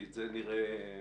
כי את זה נראה בעין.